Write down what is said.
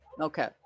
okay